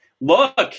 look